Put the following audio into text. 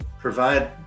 provide